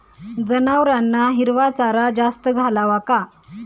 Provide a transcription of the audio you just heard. जनावरांना हिरवा चारा जास्त घालावा का?